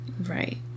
Right